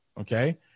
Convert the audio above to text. okay